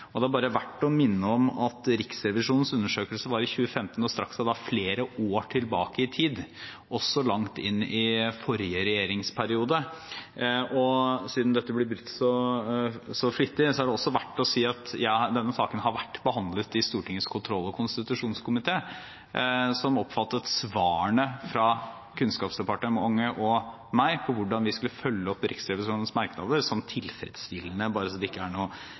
Det er bare verdt å minne om at Riksrevisjonens undersøkelse var i 2015 og strakk seg flere år tilbake i tid, også langt inn i forrige regjeringsperiode. Siden dette blir brukt så flittig, er det også verdt å si at denne saken har vært behandlet i Stortingets kontroll- og konstitusjonskomité, som oppfattet svarene fra Kunnskapsdepartementet og meg om hvordan vi skulle følge opp Riksrevisjonens merknader, som tilfredsstillende – bare så det ikke er